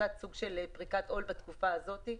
סוג של פריקת עול בתקופה הזאת.